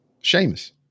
Sheamus